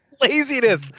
laziness